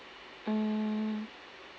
hmm